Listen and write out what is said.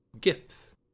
gifts